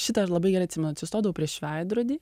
šitą aš labai gerai atsimenu atsistodavau prieš veidrodį